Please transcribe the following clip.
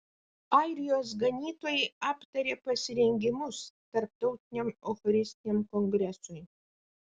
airijos ganytojai aptarė pasirengimus tarptautiniam eucharistiniam kongresui